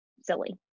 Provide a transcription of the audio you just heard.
silly